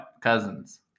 Cousins